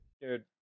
dude